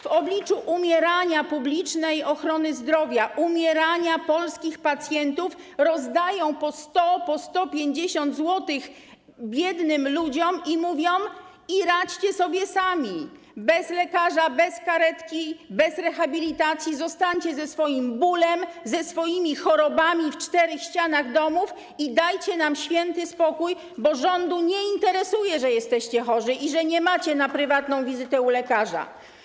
W obliczu umierania publicznej ochrony zdrowia, umierania polskich pacjentów rozdaje po 100, po 150 zł biednym ludziom i mówi: radźcie sobie sami, bez lekarza, bez karetki, bez rehabilitacji, zostańcie ze swoim bólem, ze swoimi chorobami w czterech ścianach domów i dajcie nam święty spokój, bo rządu nie interesuje, że jesteście chorzy i że nie macie na prywatną wizytę u lekarza.